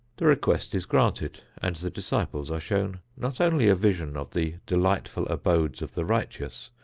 the request is granted and the disciples are shown not only a vision of the delightful abodes of the righteous,